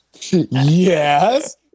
Yes